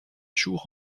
jours